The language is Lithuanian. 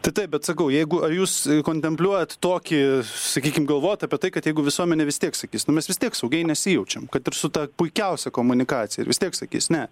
tai taip bet sakau jeigu a jūs kontempliuojat tokį sakykim galvojat apie tai kad jeigu visuomenė vis tiek sakys nu mes vis tiek saugiai nesijaučiam kad ir su ta puikiausia komunikacija ir vis tiek sakys ne